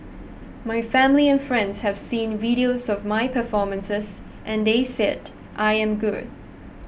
my family and friends have seen videos of my performances and they said I am good